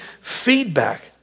feedback